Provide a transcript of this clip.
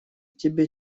тебе